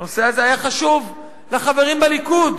הנושא הזה היה חשוב לחברים בליכוד,